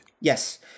Yes